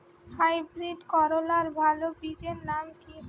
Hybrid করলার ভালো বীজের নাম কি?